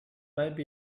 maybe